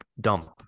dump